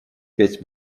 петь